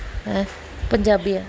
ਹੈਂ ਪੰਜਾਬੀ ਹੈ